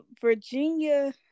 Virginia